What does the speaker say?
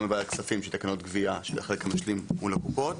בוועדת כספים בתקנות גבייה שהחלק המשלים מול הקופות.